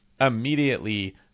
immediately